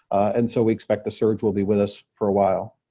and so we expect the surge will be with us for a while.